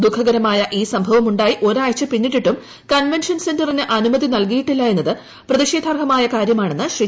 ദുഖകരമായ ഈ സംഭവം ഉണ്ടാ യി ഒരു ആഴ്ച പിന്നിട്ടിട്ടും കൺവെൻഷൻ ഉസന്ററിന് അനുമതി നൽകി യിട്ടില്ല എന്നത് പ്രതിഷേധാർഹമായ കാര്യമാണ്ണെന്ന് ശ്രീ